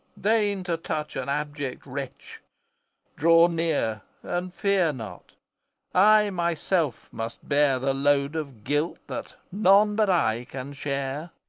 deign to touch an abject wretch draw near and fear not i myself must bear the load of guilt that none but i can share.